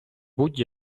будь